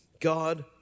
God